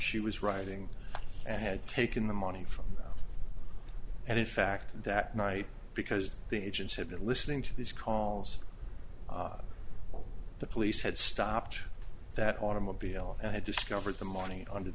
she was writing and had taken the money from and in fact that night because the agents had been listening to these calls the police had stopped that automobile and had discovered the money under